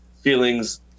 feelings